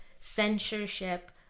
censorship